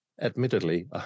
Admittedly